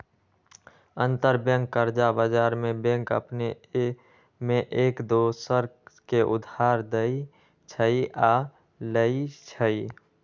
अंतरबैंक कर्जा बजार में बैंक अपने में एक दोसर के उधार देँइ छइ आऽ लेइ छइ